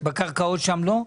בקרקעות שם לא?